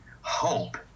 Hope